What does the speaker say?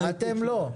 אתם לא.